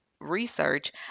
research